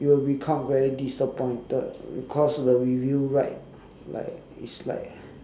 you will become very disappointed cause of the review write like it's like